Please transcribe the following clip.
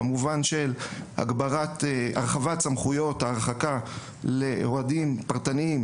במובן של הרחבת סמכויות ההרחקה לאוהדים פרטניים